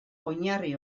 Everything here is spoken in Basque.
oinarri